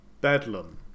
Bedlam